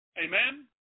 Amen